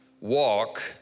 Walk